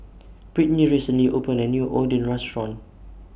Britney recently opened A New Oden Restaurant